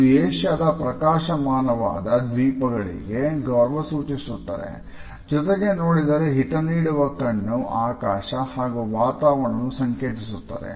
ಇದು ಏಷ್ಯಾದ ಪ್ರಕಾಶಮಾನವಾದ ದೀಪಗಳಿಗೆ ಗೌರವ ಸೂಚಿಸುತ್ತದೆ ಜೊತೆಗೆ ನೋಡಿದರೆ ಹಿತನೀಡುವ ಕಣ್ಣು ಆಕಾಶ ಹಾಗೂ ವಾತಾವರಣವನ್ನು ಸಂಕೇತಿಸುತ್ತದೆ